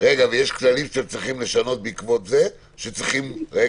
ויש כללים שאתם צריכים לשנות בעקבות זה שצריכים ---?